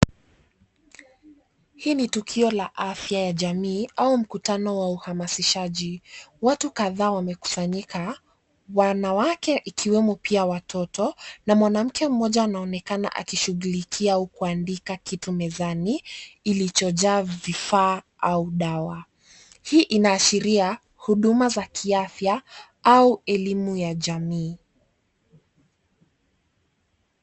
Hii ni tukio la afya ya jamii, au mkutano wa uhamasishaji. Watu kadhaa wamekusanyika, wanawake ikiwemo pia watoto, na mwanamke mmoja anaonekana akishughulikia au kuandika kitu mezani, ilichojaa vifaa au dawa. Hii inaashiria, huduma za kiafya, au elimu ya jamii.